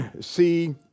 see